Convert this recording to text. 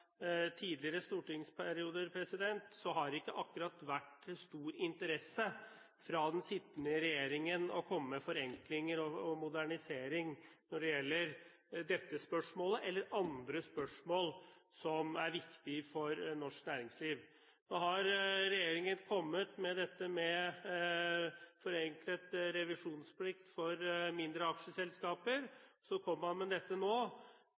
tidligere stortingsperioder, har det ikke akkurat vært en stor interesse fra den sittende regjeringen for å komme med forslag til forenklinger og modernisering når det gjelder dette spørsmålet eller andre spørsmål som er viktige for norsk næringsliv. Nå har regjeringen kommet med dette med forenklet revisjonsplikt for mindre aksjeselskaper, og så kommer man med dette nå,